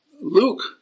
Luke